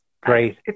great